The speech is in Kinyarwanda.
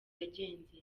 yagenze